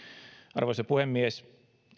arvoisa puhemies